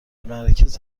مراکز